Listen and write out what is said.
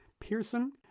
Pearson